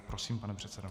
Prosím, pane předsedo.